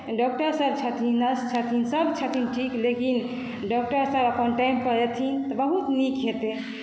doctor सब छथिन nurse छथिन सब छथिन ठीक लेकिन डॉक्टर सब अपन टाइम पर एथिन तऽ बहुत नीक हेतै